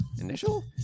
initial